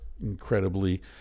incredibly